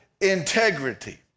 integrity